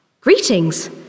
Greetings